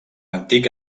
antic